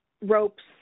ropes